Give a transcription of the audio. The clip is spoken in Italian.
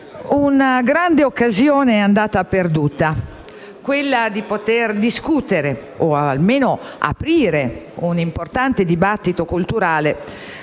una grande occasione è andata perduta: quella di poter discutere, o almeno aprire un importante dibattito culturale